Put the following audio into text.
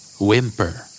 Whimper